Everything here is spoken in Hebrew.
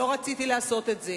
לא רציתי לעשות את זה.